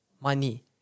money